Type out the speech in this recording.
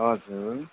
हजुर